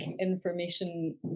information